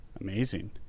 Amazing